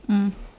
mm